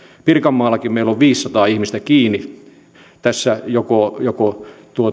pirkanmaallakin meillä on viisisataa ihmistä kiinni tässä joko joko